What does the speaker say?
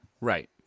Right